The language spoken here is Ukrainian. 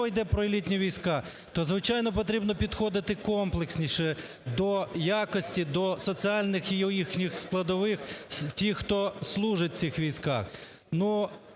йде про елітні війська, то, звичайно, потрібно підходити комплексніше до якості, до соціальних їхніх складових, ті, хто служать в цих військах.